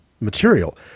material